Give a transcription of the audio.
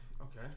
okay